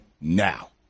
now